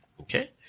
Okay